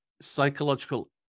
psychological